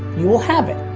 you will have it!